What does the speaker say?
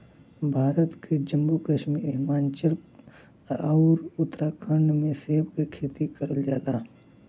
भारत के जम्मू कश्मीर, हिमाचल आउर उत्तराखंड में सेब के खेती करल जाला